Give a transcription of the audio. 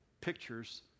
pictures